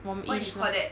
warmish lor